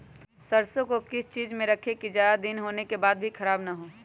सरसो को किस चीज में रखे की ज्यादा दिन होने के बाद भी ख़राब ना हो?